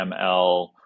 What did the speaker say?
ML